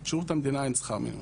בשירות המדינה אין שכר מינימום.